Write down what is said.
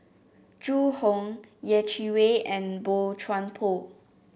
Zhu Hong Yeh Chi Wei and Boey Chuan Poh